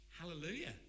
Hallelujah